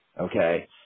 Okay